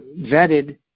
vetted